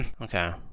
okay